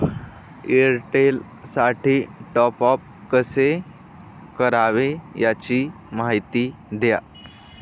एअरटेलसाठी टॉपअप कसे करावे? याची माहिती द्या